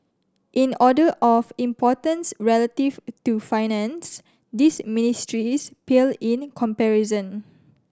in order of importance relative to Finance these ministries pale in comparison